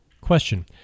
Question